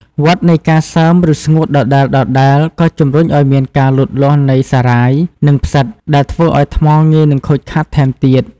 វដ្តនៃការសើមឫស្ងួតដដែលៗ ក៏ជំរុញឱ្យមានការលូតលាស់នៃសារាយ និងផ្សិត ដែលធ្វើឱ្យថ្មងាយនឹងខូចខាតថែមទៀត។